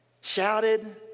shouted